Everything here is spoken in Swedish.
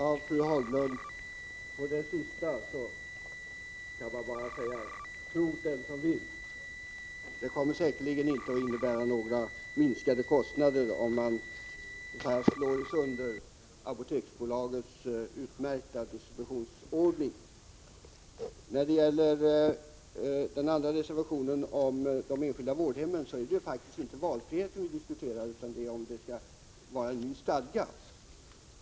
Fru talman! Till det sista som fru Haglund sade vill jag bara säga: Tro't den som vill! Det kommer säkerligen inte att innebära några minskade kostnader om man slår sönder Apoteksbolagets utmärkta distributionsordning. När det gäller reservationen om de enskilda vårdhemmen vill jag säga att det inte är valfriheten vi diskuterar, utan det är om vi skall ha en ny stadga.